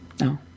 no